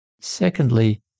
Secondly